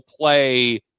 play